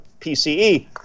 PCE